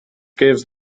gives